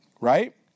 Right